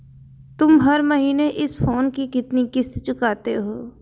तुम हर महीने इस फोन की कितनी किश्त चुकाते हो?